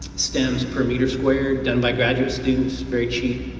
stems per meter square, done by graduate students. very cheap,